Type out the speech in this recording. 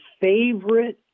favorite